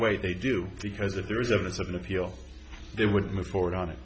way they do because if there is evidence of an appeal they would move forward on it